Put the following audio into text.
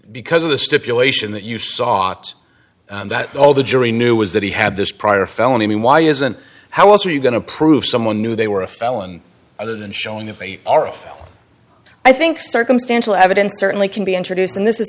because of the stipulation that you saw that all the jury knew was that he had this prior felony why isn't how else are you going to prove someone knew they were a felon other than showing that they are i think circumstantial evidence certainly can be introduced and this is